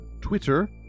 Twitter